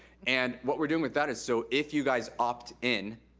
and what we're doing with that is so if you guys opt in,